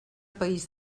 país